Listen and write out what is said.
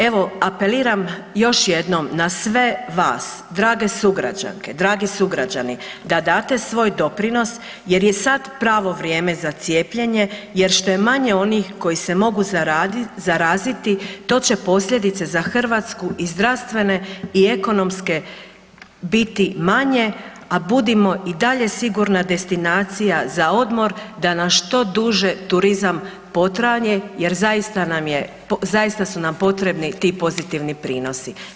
Evo apeliram još jednom na sve vas drage sugrađanke i dragi sugrađani da date svoj doprinos jer je sad pravo vrijeme za cijepljenje jer što je manje onih koji se mogu zaraziti to će posljedice za Hrvatsku i zdravstvene i ekonomske biti manje, a budimo i dalje sigurna destinacija za odmor, da nam što duže turizam potraje jer zaista su nam potrebni ti pozitivni prinosi.